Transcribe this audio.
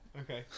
Okay